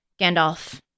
Gandalf